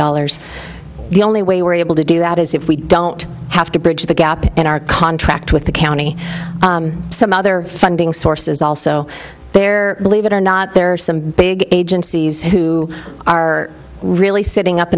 dollars the only way we're able to do that is if we don't have to bridge the gap in our contract with the county some other funding source is also there believe it or not there are some big agencies who are really sitting up